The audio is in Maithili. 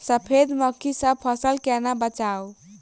सफेद मक्खी सँ फसल केना बचाऊ?